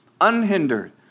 unhindered